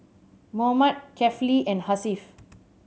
Muhammad Kefli and Hasif